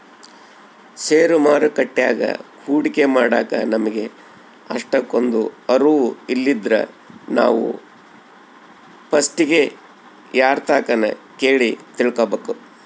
ಷೇರು ಮಾರುಕಟ್ಯಾಗ ಹೂಡಿಕೆ ಮಾಡಾಕ ನಮಿಗೆ ಅಷ್ಟಕೊಂದು ಅರುವು ಇಲ್ಲಿದ್ರ ನಾವು ಪಸ್ಟಿಗೆ ಯಾರ್ತಕನ ಕೇಳಿ ತಿಳ್ಕಬಕು